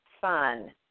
fun